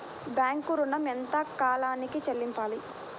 Bank ఋణం ఎంత కాలానికి చెల్లింపాలి?